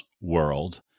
world